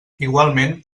igualment